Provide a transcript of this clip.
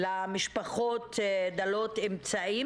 למשפחות דלות אמצעים.